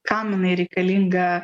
kam jinai reikalinga